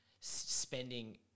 spending